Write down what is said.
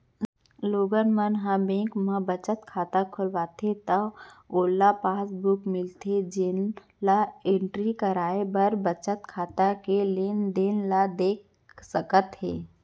लोगन ह जब बेंक म बचत खाता खोलवाथे त ओला पासबुक मिलथे जेन ल एंटरी कराके बचत खाता के लेनदेन ल देख सकत हे